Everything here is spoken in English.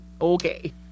okay